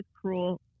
cruel